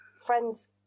friends